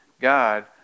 God